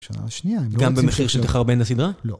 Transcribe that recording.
גם במחיר של תחרבן לסדרה? לא.